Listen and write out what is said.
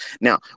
Now